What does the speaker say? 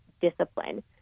discipline